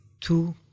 two